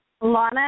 Lana